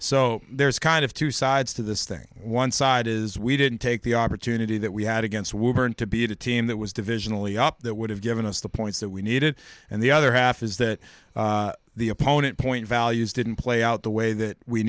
so there's kind of two sides to this thing one side is we didn't take the opportunity that we had against were and to be a team that was divisional e up that would have given us the points that we needed and the other half is that the opponent point values didn't play out the way that we